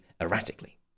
erratically